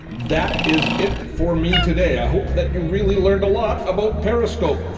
that is it for me today. i hope that you really learned a lot about periscope.